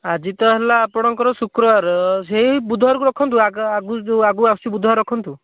ଆଜି ତ ହେଲା ଆପଣଙ୍କର ଶୁକ୍ରବାର ସେଇ ବୁଧବାରକୁ ରଖନ୍ତୁ ଆଗକୁ ଯେଉଁ ଆଗକୁ ଆସୁଛି ବୁଧବାର ରଖନ୍ତୁ